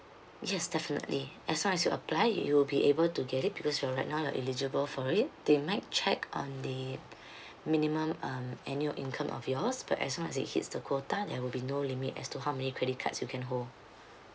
yes definitely as long as you apply you will be able to get it because uh right now you're eligible for it they might check on the minimum um annual income of yours but as long as it hits the quota there will be no limit as to how many credit cards you can hold